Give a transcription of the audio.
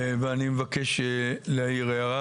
אני מבקש להעיר הערה